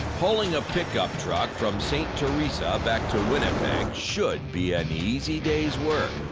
hauling a pickup truck from st. theresa back to winnipeg should be an easy day's work.